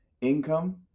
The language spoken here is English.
income